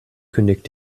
kündigt